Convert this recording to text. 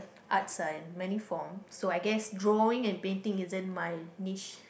arts are in many form so I guess drawing and painting isn't my niche